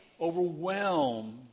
overwhelm